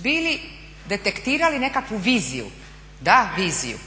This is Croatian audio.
bili detektirali nekakvu viziju, da viziju